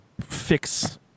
fix